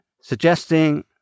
suggesting